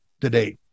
today